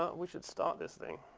um we should start this thing.